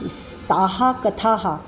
ताः कथाः